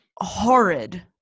horrid